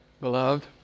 beloved